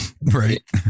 Right